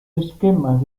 esquemas